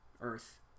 earth